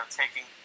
taking